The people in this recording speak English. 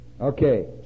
okay